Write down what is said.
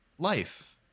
Life